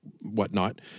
whatnot